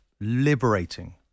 liberating